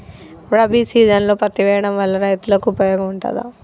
రబీ సీజన్లో పత్తి వేయడం వల్ల రైతులకు ఉపయోగం ఉంటదా?